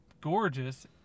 gorgeous